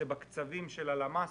בקצבים של הלהמ"ס